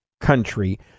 country